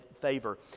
favor